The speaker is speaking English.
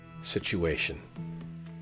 Situation